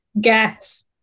guess